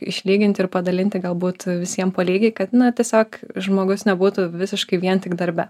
išlyginti ir padalinti galbūt visiems po lygiai kad na tiesiog žmogus nebūtų visiškai vien tik darbe